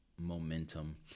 momentum